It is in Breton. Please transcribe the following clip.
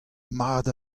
mat